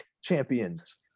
champions